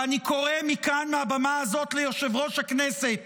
ואני קורא מכאן, מהבמה הזו, ליושב-ראש הכנסת: